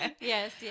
yes